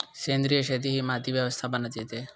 सेंद्रिय शेती ही माती व्यवस्थापनात येते